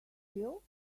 feel